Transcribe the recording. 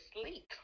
sleep